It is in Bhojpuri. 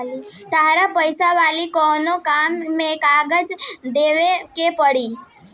तहरा पैसा वाला कोनो काम में कागज देवेके के पड़ी